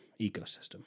ecosystem